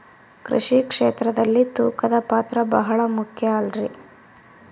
ಕೃಷಿ ಕ್ಷೇತ್ರದಲ್ಲಿ ತೂಕದ ಪಾತ್ರ ಬಹಳ ಮುಖ್ಯ ಅಲ್ರಿ?